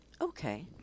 okay